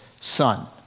son